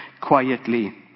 quietly